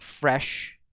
fresh